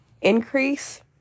Increase